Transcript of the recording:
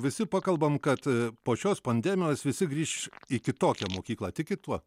visi pakalbam kad po šios pandemijos visi grįš į kitokią mokyklą tikit tuo